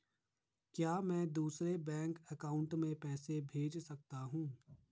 क्या मैं दूसरे बैंक अकाउंट में पैसे भेज सकता हूँ?